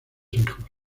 hijos